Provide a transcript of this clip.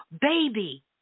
baby